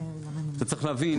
אתה צריך להבין